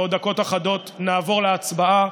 בעוד דקות אחדות נעבור להצבעה,